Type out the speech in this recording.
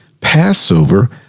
Passover